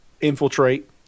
infiltrate